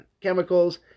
chemicals